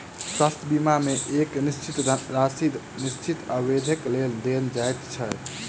स्वास्थ्य बीमा मे एक निश्चित राशि निश्चित अवधिक लेल देल जाइत छै